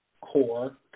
CORE